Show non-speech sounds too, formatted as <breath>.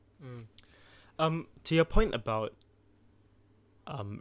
mm <breath> um to your point about um